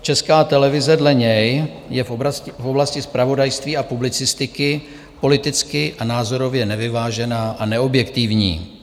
Česká televize dle něj je v oblasti zpravodajství a publicistiky politicky a názorově nevyvážená a neobjektivní.